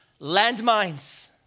landmines